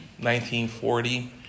1940